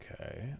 Okay